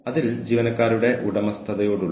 വ്യക്തിത്വ പരിശോധനകളുണ്ട്